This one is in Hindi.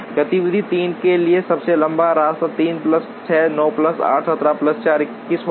गतिविधि 3 के लिए सबसे लंबा रास्ता 3 प्लस 6 9 प्लस 8 17 प्लस 4 21 होगा